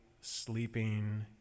sleeping